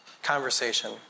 Conversation